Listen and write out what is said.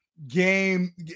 Game